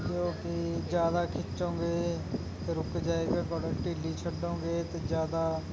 ਕਿਉਂਕਿ ਜ਼ਿਆਦਾ ਖਿੱਚੋਂਗੇ ਤਾਂ ਰੁਕ ਜਾਏਗਾ ਘੋੜਾ ਢਿੱਲੀ ਛੱਡੋਂਗੇ ਤਾਂ ਜ਼ਿਆਦਾ